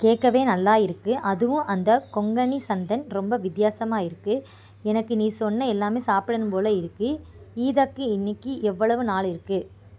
கேட்கவே நல்லா இருக்குது அதுவும் அந்த கொங்கணி சந்தன் ரொம்ப வித்தியாசமாக இருக்குது எனக்கு நீ சொன்ன எல்லாமே சாப்பிடணும் போல இருக்குது ஈதர்க்கு இன்றைக்கி எவ்வளவு நாள் இருக்குது